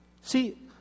See